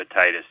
hepatitis